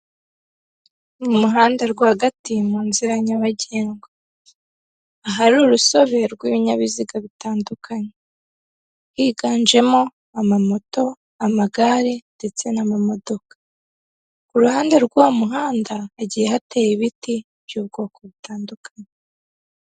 Aha ni mu ikaragiro ry'amata aho hagaragaramo imashini zagenewe gutunganya amata, hakagaragaramo ameza, harimo indobo, harimo amakaro. Iyo urebye ku nkuta hariho irange ry'ubururu, urukuta rwiza cyane rusa n'ubururu ndetse aha hantu ni heza pe.